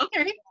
Okay